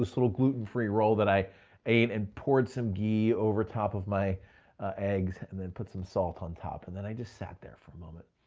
little gluten-free roll that i ate and poured some gee over top of my eggs and then put some salt on top. and then i just sat there for a moment.